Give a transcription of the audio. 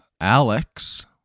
Alex